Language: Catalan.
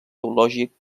teològic